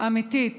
אמיתית